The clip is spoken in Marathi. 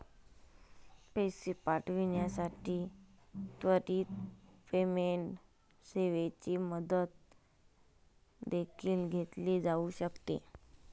पैसे पाठविण्यासाठी त्वरित पेमेंट सेवेची मदत देखील घेतली जाऊ शकते